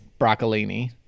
Broccolini